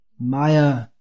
Maya